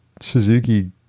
Suzuki